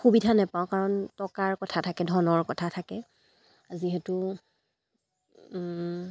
সুবিধা নেপাওঁ কাৰণ টকাৰ কথা থাকে ধনৰ কথা থাকে যিহেতু